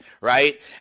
Right